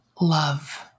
love